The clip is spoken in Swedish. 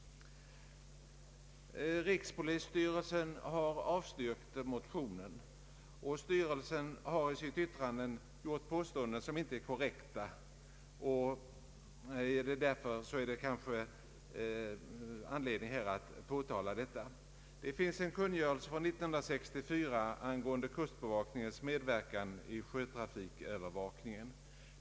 Rikspolisstyrelsen har avstyrkt motionen. Styrelsen har i sitt yttrande gjort påståenden som inte är korrekta, och det finns kanske anledning att här påtala detta. Det finns en kungörelse från 1964 angående kustbevakningens medverkan i sjötrafikövervakningen.